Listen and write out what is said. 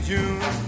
June